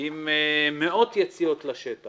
עם מאות יציאות לשטח.